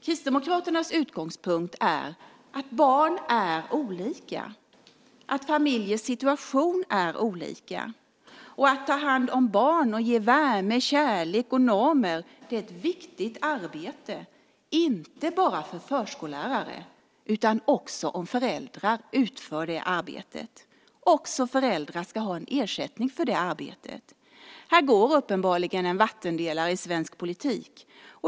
Kristdemokraternas utgångspunkt är att barn är olika, att familjers situation är olika. Att ta hand om barn, ge värme, kärlek och normer är ett viktigt arbete, inte bara för förskollärare utan också när föräldrar utför det arbetet. Också föräldrar ska ha ersättning för det arbetet. Här går uppenbarligen en vattendelare i svensk politik.